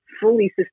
fully